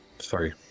Sorry